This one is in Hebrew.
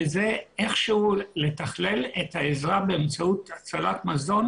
זה איכשהו לתכלל את העזרה באמצעות הצלת מזון